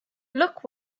look